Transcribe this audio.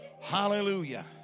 hallelujah